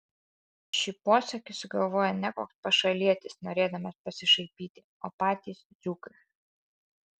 šį posakį sugalvojo ne koks pašalietis norėdamas pasišaipyti o patys dzūkai